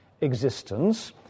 existence